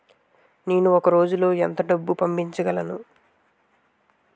నేను ఒక రోజులో ఎంత డబ్బు పంపించగలను?